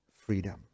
freedom